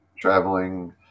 traveling